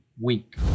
week